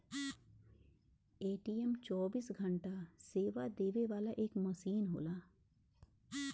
ATM चौबीस घंटा सेवा देवे वाला एक मसीन होला